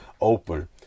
open